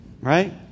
right